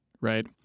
right